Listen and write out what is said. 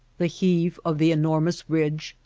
the heave of the enormous ridge,